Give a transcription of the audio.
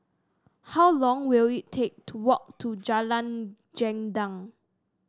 how long will it take to walk to Jalan Gendang